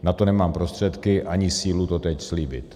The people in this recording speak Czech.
Na to nemám prostředky ani sílu to teď slíbit.